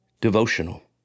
Devotional